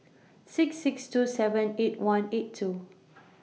six six two seven eight one eight two